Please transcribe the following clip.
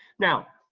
now,